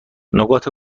نقاط